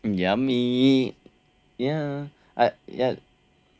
yummy ya